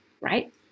right